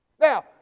Now